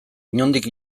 inondik